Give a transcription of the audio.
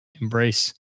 embrace